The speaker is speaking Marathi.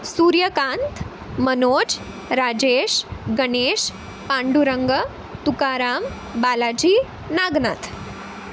सूर्यकांत मनोज राजेश गणेश पांडुरंग तुकाराम बालाजी नागनाथ